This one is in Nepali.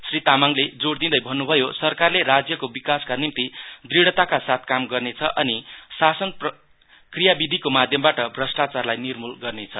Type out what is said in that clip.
श्री तामाङले जोड दैँदैभन्नुभयोसरकारले राज्यको विकासका निम्ति ढ्रढताका साथ काम गर्नेछ अनि शासन क्रिया विधिको माध्यमबाट भ्रष्टाचारलाई निमुल बनाउनेछ